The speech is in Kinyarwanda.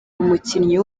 umukinnyi